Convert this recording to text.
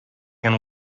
and